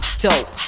dope